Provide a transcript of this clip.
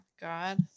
God